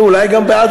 ואולי גם בעד,